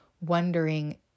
wondering